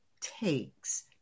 takes